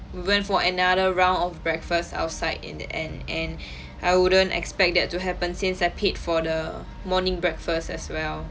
we went for another round of breakfast outside in the end and I wouldn't expect that to happen since I paid for the morning breakfast as well